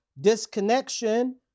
disconnection